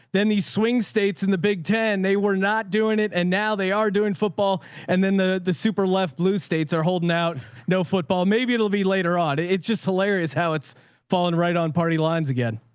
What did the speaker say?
then these swing states in the big ten, they were not doing it. and now they are doing football and then the the super left blue states are holding out no football. maybe it will be later on. it's just hilarious how it's falling right on party lines again.